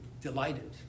delighted